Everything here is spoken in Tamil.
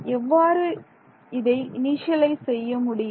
எவ்வாறு இதை இனிஷியலைஸ் செய்ய முடியும்